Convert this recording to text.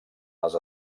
les